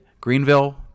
Greenville